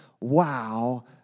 Wow